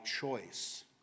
choice